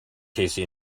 tasty